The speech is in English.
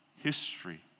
history